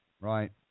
Right